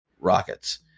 rockets